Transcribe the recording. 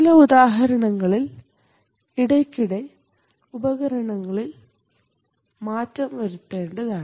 ചില ഉദാഹരണങ്ങളിൽ ഇടയ്ക്കിടെ ഉപകരണങ്ങളിൽ മാറ്റം വരുത്തേണ്ടതാണ്